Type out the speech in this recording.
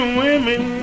women